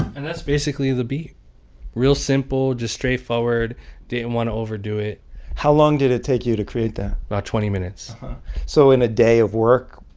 and that's basically the beat real simple, just straightforward didn't and want to overdo it how long did it take you to create that? about twenty minutes so in a day of work,